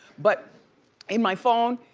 but in my phone,